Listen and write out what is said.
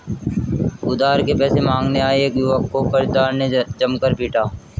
उधार के पैसे मांगने आये एक युवक को कर्जदार ने जमकर पीटा